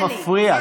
אל תפריעו לי.